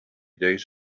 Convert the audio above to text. days